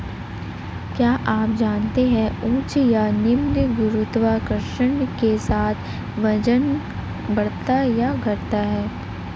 क्या आप जानते है उच्च या निम्न गुरुत्वाकर्षण के साथ वजन बढ़ता या घटता है?